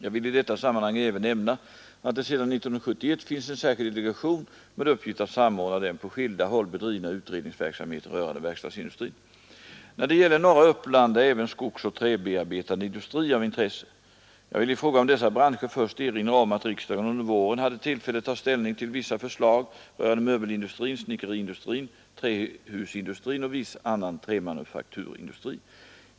Jag vill i detta sammanhang även nämna att det sedan 1971 finns en särskild delegation med uppgift att samordna den på skilda håll bedrivna utredningsverksamheten rörande verkstadsindustrin. När det gäller norra Uppland är även skogsoch träbearbetande industri av intresse. Jag vill i fråga om dessa branscher först erinra om att riksdagen under våren hade tillfälle ta ställning till vissa förslag rörande möbelindustrin, snickeriindustrin, trähusindustrin och viss annan trämanufakturindustri.